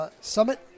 Summit